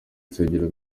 nsengero